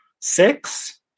six